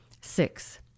Six